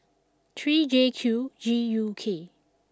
three J Q G U K